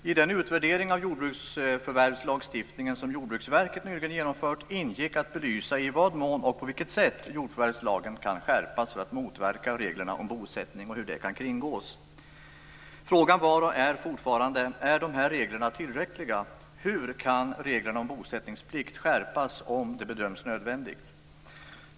I den utvärdering av jordförvärvslagstiftningen som Jordbruksverket nyligen genomfört ingick att belysa i vad mån och på vilket sätt jordförvärvslagen kan skärpas för att motverka reglerna om bosättning och hur detta kan kringgås. Frågan var och är fortfarande: Är dessa regler tillräckliga? Hur kan reglerna om bosättningsplikt skärpas om det bedöms nödvändigt?